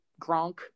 Gronk